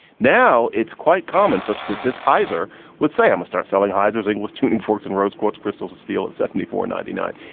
now it's quite common such that this heizer would say i'm a start selling heizer thing with tuning forks and rose quartz crystals of steel at seventy four ninety nine.